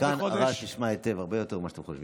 מכאן הרעש נשמע היטב, הרבה יותר ממה שאתם חושבים.